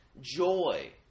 joy